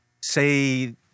Say